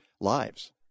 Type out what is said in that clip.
lives